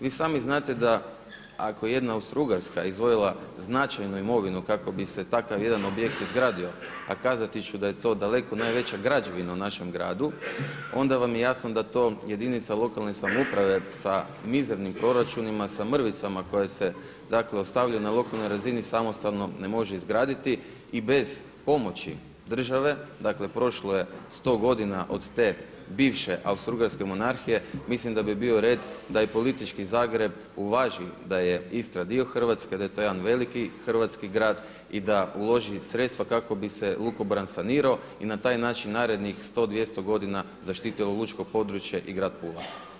Vi sami znate da ako jedna Austrougarska izdvojila značajnu imovinu kako bi se takav jedan objekt izgradio, a kazati ću da je to daleko najveća građevina u našem gradu onda vam je jasno da to jedinica lokalne samouprave sa mizernim proračunima sa mrvicama koje se ostavljaju na lokalnoj razini samostalno ne može izgraditi i bez pomoći države, dakle prošlo je 100 godina od te bivše Austrougarske monarhije, mislim da bi bio red da i politički Zagreb uvaži da je Istra dio Hrvatske, da je to jedan veliki hrvatski grad i da uloži sredstva kako bi se lukobran sanirao i na taj način narednih 100, 200 godina zaštitilo lučko područje i grad Pula.